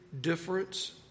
difference